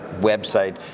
website